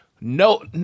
No